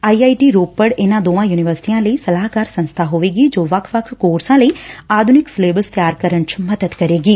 I I T Ropar ਇਨ੍ਨਾਂ ਦੋਵਾਂ ਯੁਨੀਵਰਸਿਟੀਆਂ ਲਈ ਸਲਾਹਕਾਰ ਸੰਸਥਾ ਹੋਵੇਗੀ ਜੋ ਵੱਖ ਵੱਖ ਕੋਰਸਾਂ ਲਈ ਆਧੁਨਿਕ ਸਿਲੇਬਸ ਤਿਆਰ ਕਰਨ ਚ ਮਦਦ ਕਰੇਗੀ